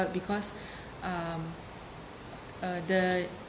because um uh the